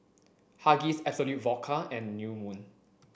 Huggies Absolut Vodka and New Moon